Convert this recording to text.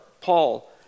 Paul